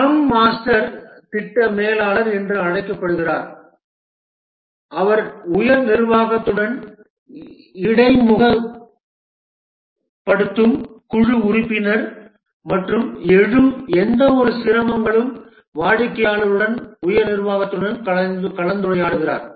scrum master திட்ட மேலாளர் என்றும் அழைக்கப்படுகிறார் அவர் உயர் நிர்வாகத்துடன் இடைமுகப்படுத்தும் குழு உறுப்பினர் மற்றும் எழும் எந்தவொரு சிரமங்களும் வாடிக்கையாளர்களுடனும் உயர் நிர்வாகத்துடனும் கலந்துரையாடுகிறார்